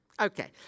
Okay